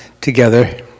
together